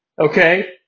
Okay